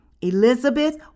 Elizabeth